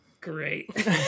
great